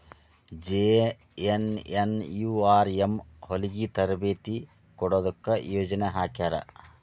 JNNURM ಹೊಲಗಿ ತರಬೇತಿ ಕೊಡೊದಕ್ಕ ಯೊಜನೆ ಹಾಕ್ಯಾರ